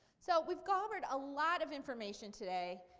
so we've covered a lot of information today.